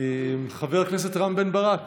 חבר הכנסת רם בן ברק,